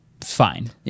fine